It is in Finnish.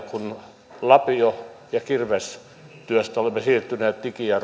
kun lapio ja kirvestyöstä olemme siirtyneet digi ja